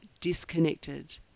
disconnected